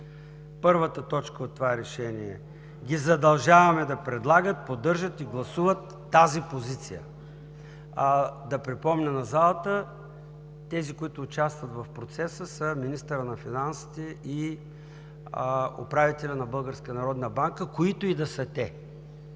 първата точка от това решение ги задължаваме да предлагат, поддържат и гласуват тази позиция. Да припомня на залата – тези, които участват в процеса, са министърът на финансите и управителят на Българската